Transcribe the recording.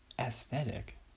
Aesthetic